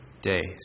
days